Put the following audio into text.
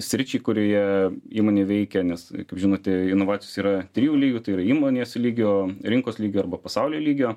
sričiai kurioje įmonė veikia nes kaip žinote inovacijos yra trijų lygių tai yra įmonės lygio rinkos lygio arba pasaulio lygio